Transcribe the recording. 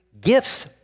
gifts